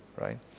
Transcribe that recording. right